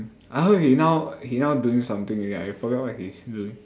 I heard he now he now doing something already I forgot what he's doing